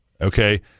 Okay